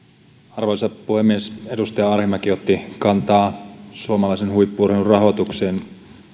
arvoisa puhemies edustaja arhinmäki otti kantaa suomalaisen huippu urheilun rahoitukseen